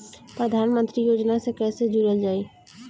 प्रधानमंत्री योजना से कैसे जुड़ल जाइ?